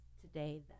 today